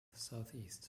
southeast